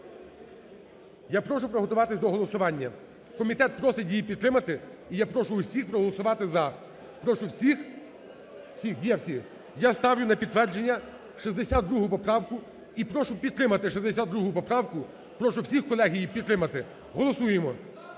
я прошу приготуватись до голосування, комітет просить її підтримати, і я прошу всіх проголосувати "за". Прошу всіх, є всі. Я ставлю на підтвердження 62 поправку і прошу підтримати 62 поправку, прошу всіх колег її підтримати. Голосуємо.